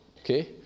okay